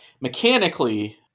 Mechanically